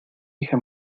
hija